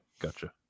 Gotcha